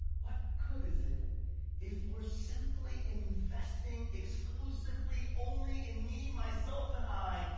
what good is it if we're simply investing exclusively only in me myself and i,